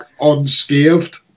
unscathed